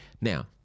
Now